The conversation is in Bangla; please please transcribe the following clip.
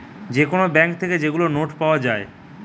যে কোন ব্যাঙ্ক থেকে যেগুলা নোট পাওয়া যায়েটে